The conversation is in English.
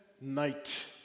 night